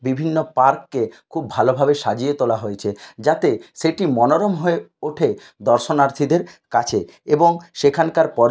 বিভিন্ন পার্ককে খুব ভালোভাবে সাজিয়ে তোলা হয়েছে যাতে সেটি মনোরম হয়ে ওঠে দর্শনার্থীদের কাছে এবং সেখানকার পর্যটন